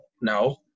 No